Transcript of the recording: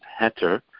heter